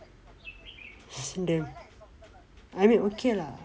he's damn I mean okay lah